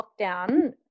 lockdown